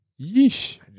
Yeesh